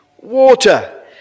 Water